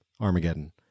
Armageddon